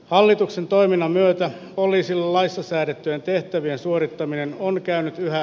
hallituksen toiminnan myötä poliisin laissa säädettyjen tehtävien suorittaminen on käynyt yhä